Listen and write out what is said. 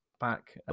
back